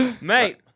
mate